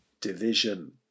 division